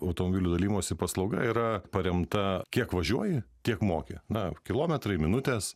automobilių dalijimosi paslauga yra paremta kiek važiuoji tiek moki na kilometrai minutės